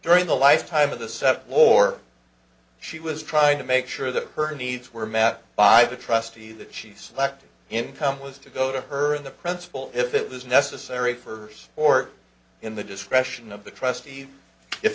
during the lifetime of the seven or she was trying to make sure that her needs were met by the trustee that she selected income was to go to her in the principle if it was necessary for or in the discretion of the trustee if